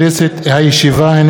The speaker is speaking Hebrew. הינני מתכבד להודיעכם,